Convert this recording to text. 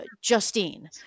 Justine